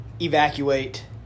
evacuate